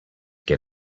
get